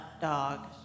dog